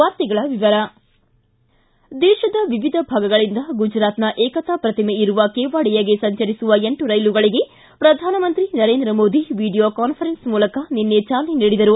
ವಾರ್ತೆಗಳ ವಿವರ ದೇಶದ ವಿವಿಧ ಭಾಗಗಳಿಂದ ಗುಜರಾತ್ನ ಏಕತಾ ಪ್ರತಿಮೆ ಇರುವ ಕೆವಾಡಿಯಾಗೆ ಸಂಚರಿಸುವ ಎಂಟು ರೈಲುಗಳಿಗೆ ಪ್ರಧಾನಮಂತ್ರಿ ನರೇಂದ್ರ ಮೋದಿ ವಿಡಿಯೊ ಕಾನ್ವರೆನ್ಸ್ ಮೂಲಕ ನಿನ್ನೆ ಚಾಲನೆ ನೀಡಿದರು